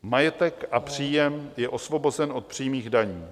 Majetek a příjem je osvobozen od přímých daní.